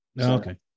okay